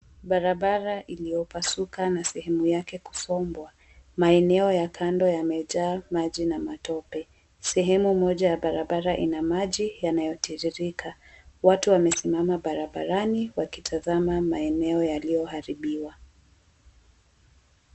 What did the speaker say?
Barabara iliyopasuka na sehemu yake kusombwa maeneo ya kando yamejaa maji na matope, sehemu moja ya barabara inamaji yanayotiririka watu wamesimama barabarani wakitazama maeneo yaliyoharibiwa.